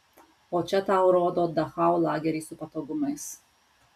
o čia tau rodo dachau lagerį su patogumais